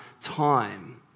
time